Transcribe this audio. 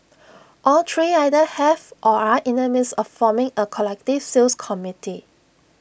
all three either have or are in the midst of forming A collective sales committee